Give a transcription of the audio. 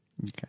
Okay